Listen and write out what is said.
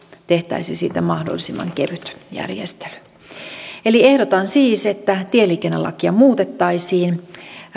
tehtäisiin siitä mahdollisimman kevyt järjestely ehdotan siis että tieliikennelakia muutettaisiin